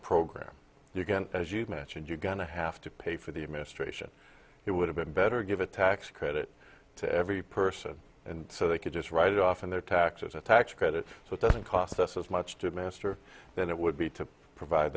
program you can as you've mentioned you gonna have to pay for the administration it would have been better give a tax credit to every person and so they could just write it off in their taxes a tax credit so it doesn't cost us as much to master than it would be to provide